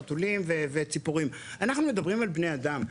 חתולים וציפורים; אנחנו מדברים על בני אדם,